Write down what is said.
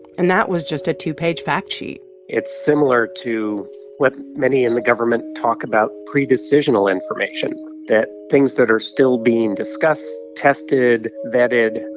and that was just a two-page fact sheet it's similar to what many in the government talk about predecisional information that things that are still being discussed tested, vetted,